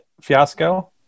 fiasco